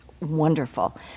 wonderful